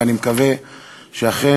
ואני מקווה שאכן